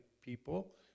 people